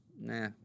Nah